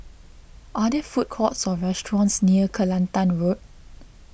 are there food courts or restaurants near Kelantan Road